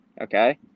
Okay